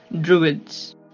Druids